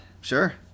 Sure